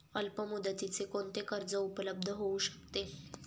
अल्पमुदतीचे कोणते कर्ज उपलब्ध होऊ शकते?